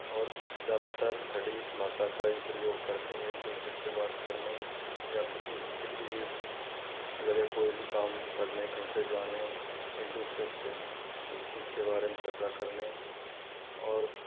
और ज़्यादातर खड़ी भाषा का ही प्रयोग करते हैं एक दूसरे से बात करने या किसी किसी भी जगह कोई भी काम पड़ने कहीं पर जाने एक दूसरे से किसी भी चीज के बारे में चर्चा करने और